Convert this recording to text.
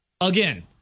Again